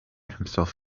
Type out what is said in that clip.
himself